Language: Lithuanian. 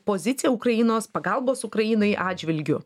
pozicija ukrainos pagalbos ukrainai atžvilgiu